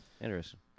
interesting